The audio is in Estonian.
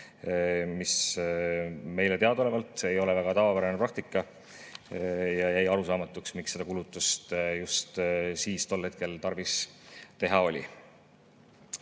mis meile teadaolevalt ei ole väga tavapärane praktika. Jäi arusaamatuks, miks seda kulutust just tol hetkel oli tarvis teha.